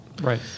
right